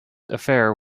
affair